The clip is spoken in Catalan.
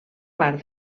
part